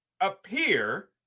appear